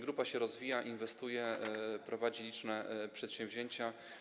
Grupa się rozwija, inwestuje, realizuje liczne przedsięwzięcia.